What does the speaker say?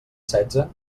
setze